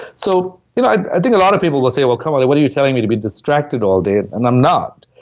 so you know i think a lot of people will say, well, come on then, what are you telling me to be distracted all day? and i'm not.